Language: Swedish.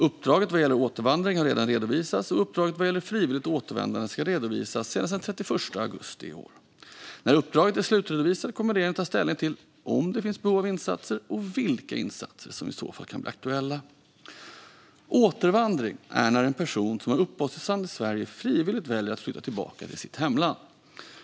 Uppdraget vad gäller återvandring har redan redovisats, och uppdraget vad gäller frivilligt återvändande ska redovisas senast den 31 augusti i år. När uppdraget är slutredovisat kommer regeringen att ta ställning till om det finns behov av insatser och vilka insatser som i så fall kan bli aktuella. Återvandring är när en person som har uppehållstillstånd i Sverige frivilligt väljer att flytta tillbaka till sitt hemland.